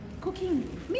cooking